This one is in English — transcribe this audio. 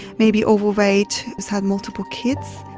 maybe overweight, has had multiple kids.